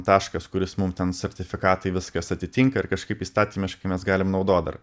taškas kuris mums ten sertifikatai viskas atitinka ir kažkaip įstatymiškai mes galim naudot dar